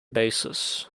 basis